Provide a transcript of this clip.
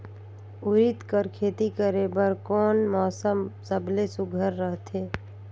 उरीद कर खेती करे बर कोन मौसम सबले सुघ्घर रहथे?